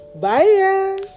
Bye